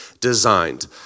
Designed